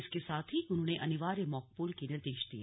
इसके साथ ही उन्होंने अनिवार्य मॉक पोल के निर्देश दिए